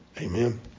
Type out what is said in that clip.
Amen